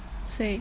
谁